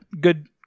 good